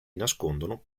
nascondono